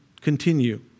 continue